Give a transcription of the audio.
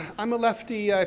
i'm a lefty,